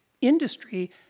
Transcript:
industry